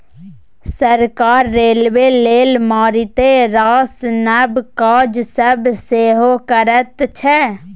सरकार रेलबे लेल मारिते रास नब काज सब सेहो करैत छै